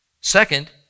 Second